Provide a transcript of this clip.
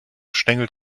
schlängelt